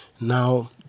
Now